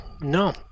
no